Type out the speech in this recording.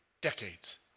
decades